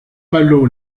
malo